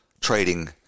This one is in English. trading